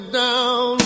down